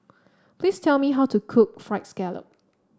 please tell me how to cook fried scallop